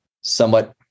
somewhat